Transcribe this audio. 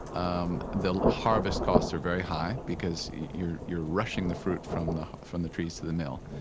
um the harvest costs are very high, because you're you're rushing the fruit from the from the trees to the mill.